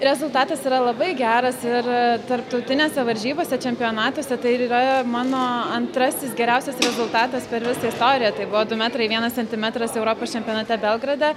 rezultatas yra labai geras ir tarptautinėse varžybose čempionatuose tai ir yra mano antrasis geriausias rezultatas per visą istoriją tai buvo du metrai vienas centimetras europos čempionate belgrade